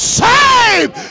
saved